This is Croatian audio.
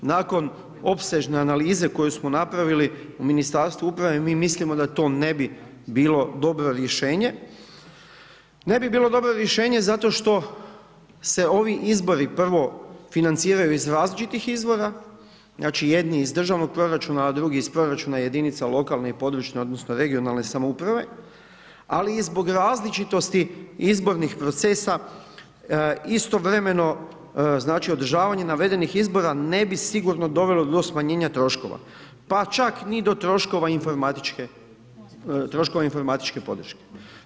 Nakon opsežne analize koju smo napravili u Ministarstvu uprave mi mislimo da to ne bi bilo dobro rješenje, ne bi bilo dobro rješenje zato što se ovi izbori prvo financiraju iz različitih izvora, znači, jedni iz državnog proračuna, a drugi iz proračuna jedinica lokalne i područne odnosno regionalne samouprave, ali i zbog različitosti izbornih procesa istovremeno, znači, održavanje navedenih izbora ne bi sigurno dovelo do smanjenja troškova, pa čak ni do troškova informatičke podrške.